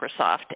Microsoft